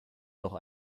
noch